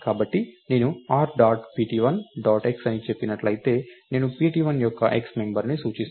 కాబట్టి నేను r dot pt1 dot x అని చెప్పినట్లయితే నేను pt1 యొక్క x మెంబర్ ని సూచిస్తున్నాను